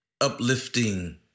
uplifting